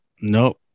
Nope